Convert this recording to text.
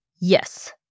Yes